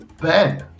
Ben